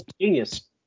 genius